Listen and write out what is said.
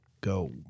go